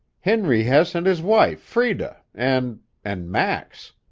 henry hess an' his wife, freida, an' an' max.